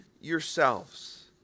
yourselves